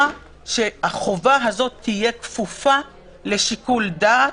שהחובה הזאת תהיה כפופה לשיקול דעת,